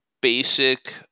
basic